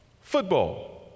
football